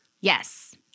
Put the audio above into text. Yes